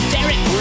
Derek